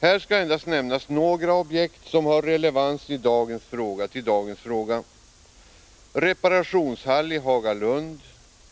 Här skall endast nämnas några objekt som har relevans till dagens debatt. Reparationshall i Hagalund,